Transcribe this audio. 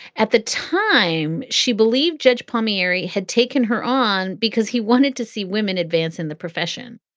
at the time. she believed judge palmieri had taken her on because he wanted to see women advancing the profession.